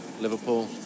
Liverpool